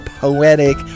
poetic